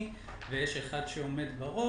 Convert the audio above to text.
בסעיף 46, שאנחנו נותנים פטור ממס על תרומות.